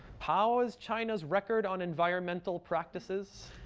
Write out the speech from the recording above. how is china's record on environmental practices?